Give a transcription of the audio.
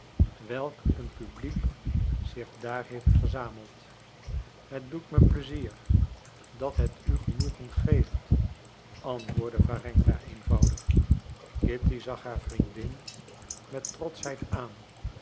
welk een publiek zich daar heeft verzameld het doet me pleizier dat het u genoegen geeft antwoordde warenka eenvoudig kitty zag haar vriendin met trotschheid aan